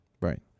Right